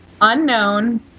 unknown